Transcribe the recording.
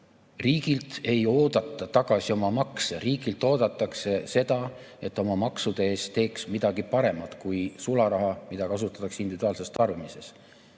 Riigilt ei oodata tagasi oma makse. Riigilt oodatakse seda, et oma maksude eest teeks midagi paremat kui sularaha, mida kasutatakse individuaalses tarbimises.